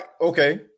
Okay